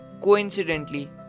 coincidentally